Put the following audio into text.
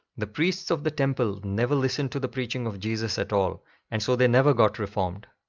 the priests of the temple never listened to the preaching of jesus at all and so they never got reformed.